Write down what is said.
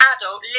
adult